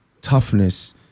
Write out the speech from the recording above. toughness